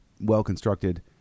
well-constructed